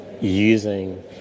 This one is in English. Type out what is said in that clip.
using